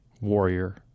warrior